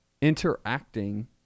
interacting—